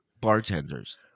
bartenders